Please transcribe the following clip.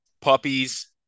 puppies